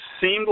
seemed